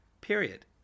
period